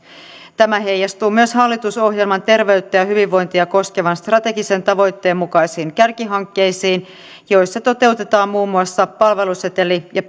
tämä heijastuu myös hallitusohjelman terveyttä ja hyvinvointia koskevan strategisen tavoitteen mukaisiin kärkihankkeisiin joissa toteutetaan muun muassa palveluseteli ja